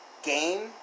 Game